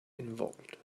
involved